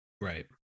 Right